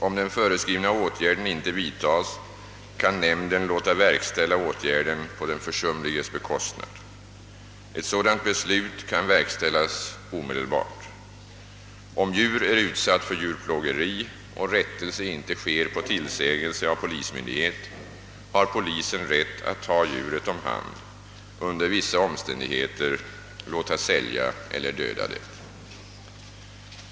Om den föreskrivna åtgärden inte vidtas, kan nämnden låta verkställa åtgärden på den försumliges bekostnad. Ett sådant beslut kan verkställas omedelbart. Om djur är utsatt för djurplågeri och rättelse inte sker på tillsägelse av polismyndighet, har polisen rätt att ta djuret om hand och under vissa omständigheter låta sälja eller döda det.